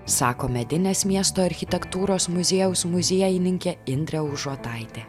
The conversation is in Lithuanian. sako medinės miesto architektūros muziejaus muziejininkė indrė užuotaitė